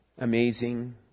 amazing